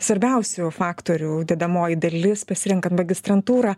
svarbiausių faktorių dedamoji dalis pasirenkant magistrantūrą